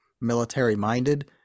military-minded